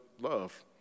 love